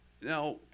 Now